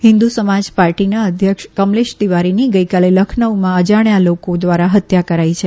હિન્દુ સમાજ પાર્ટીના અધ્યક્ષ કમલેશ તિવારીની ગઇકાલે લખનૌમાં અજાણ્યા લોકો દ્વારા હત્યા કરાઈ છે